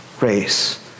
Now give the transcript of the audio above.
race